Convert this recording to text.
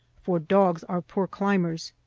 for dogs are poor climbers.